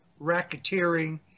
racketeering